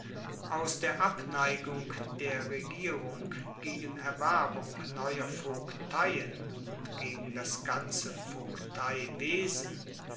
aus der abneigung der regierung gegen erwerbung neuer vogteien und gegen das ganze